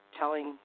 telling